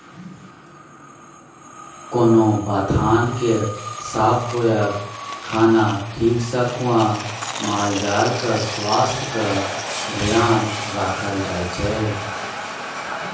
कोनो बथान केर साफ होएब, खाना ठीक सँ खुआ मालजालक स्वास्थ्यक धेआन राखल जाइ छै